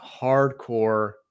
hardcore